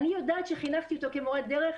אני יודעת שחינכתי אותו כמורה דרך,